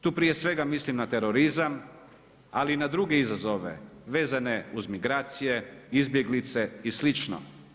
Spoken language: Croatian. Tu prije svega mislim na terorizam, ali i na druge izazove vezane uz migracije, izbjeglice i slično.